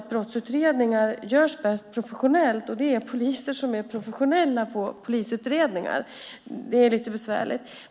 Brottsutredningar görs bäst professionellt, och det är poliser som är professionella när det gäller polisutredningar. Det är lite besvärligt.